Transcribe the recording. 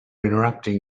interrupting